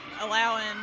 allowing